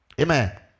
amen